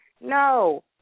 No